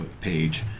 page